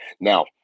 Now